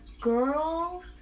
girl